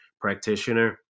practitioner